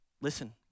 Listen